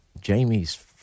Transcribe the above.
Jamie's